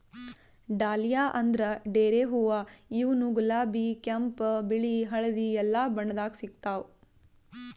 dahlia ಅಂದ್ರ ಡೇರೆ ಹೂವಾ ಇವ್ನು ಗುಲಾಬಿ ಕೆಂಪ್ ಬಿಳಿ ಹಳ್ದಿ ಎಲ್ಲಾ ಬಣ್ಣದಾಗ್ ಸಿಗ್ತಾವ್